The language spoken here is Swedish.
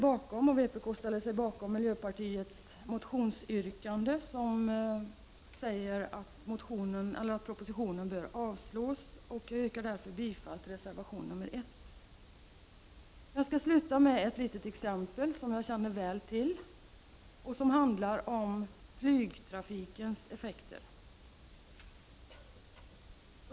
Vpk ställer sig bakom miljöpartiets motionsyrkande att propositionen skall avslås, och jag yrkar därför bifall till reservation 1. Jag skall sluta med att ta ett exempel som jag känner väl till och som handlar om flygtrafikens effekter.